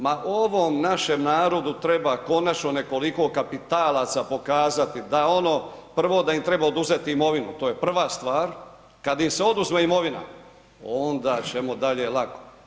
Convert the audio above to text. Ma ovom našem narodu treba konačno nekoliko kapitalaca pokazati, prvo da im treba oduzeti imovinu, to je prva stvar, kad im se oduzme imovina onda ćemo dalje lako.